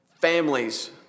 families